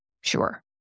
sure